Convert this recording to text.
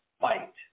fight